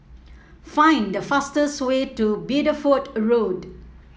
find the fastest way to Bideford Road